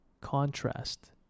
contrast